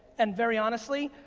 and very honestly,